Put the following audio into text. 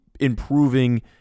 improving